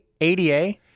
ADA